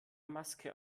maske